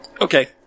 Okay